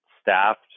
staffed